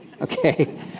Okay